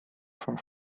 for